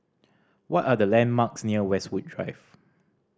what are the landmarks near Westwood Drive